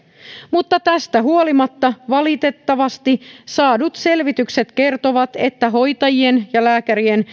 mutta tästä huolimatta valitettavasti saadut selvitykset kertovat että hoitajien ja lääkärien